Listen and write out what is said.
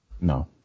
No